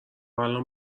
الان